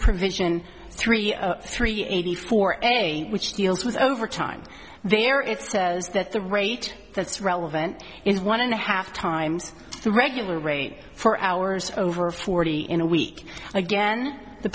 provision three three eighty four anyway which deals with overtime there it says that the rate that's relevant is one and a half times the regular rate for hours over forty in a week again the